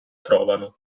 trovano